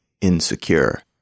insecure